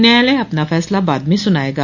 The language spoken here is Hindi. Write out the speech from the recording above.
न्यायालय अपना फैसला बाद में सुनाएगा